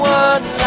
one